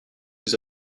vous